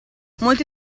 molti